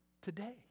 today